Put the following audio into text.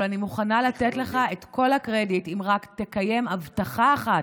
אבל אני מוכנה לתת לך את כל הקרדיט אם רק תקיים הבטחה אחת,